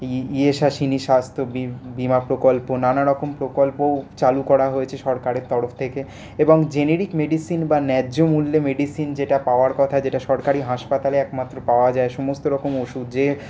ইয়েসাশিনি স্বাস্থ্য বীমা প্রকল্প নানারকম প্রকল্প চালু করা হয়েছে সরকারের তরফ থেকে এবং জেনেরিক মেডিসিন বা ন্যায্য মূল্যে মেডিসিন যেটা পাওয়ার কথা যেটা সরকারি হাসপাতালে একমাত্র পাওয়া যায় সমস্তরকম ওষুধ যে